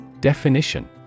Definition